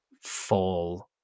fall